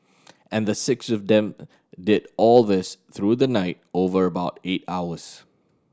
and the six of them did all this through the night over about eight hours